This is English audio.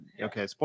okay